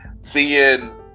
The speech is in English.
seeing